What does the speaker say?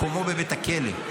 מקומו בבית הכלא.